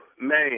Man